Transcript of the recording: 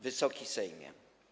Wysoki Sejmie!